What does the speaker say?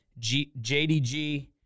JDG